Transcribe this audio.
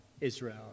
israel